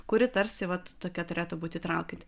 kuri tarsi vat tokia turėtų būti įtraukianti